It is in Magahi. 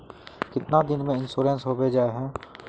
कीतना दिन में इंश्योरेंस होबे जाए है?